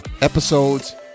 Episodes